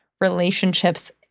relationships